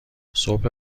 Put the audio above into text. صبح